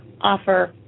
offer